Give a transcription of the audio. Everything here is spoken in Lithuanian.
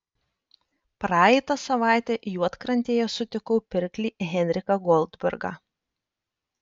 praeitą savaitę juodkrantėje sutikau pirklį henriką goldbergą